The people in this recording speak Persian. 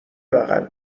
بغل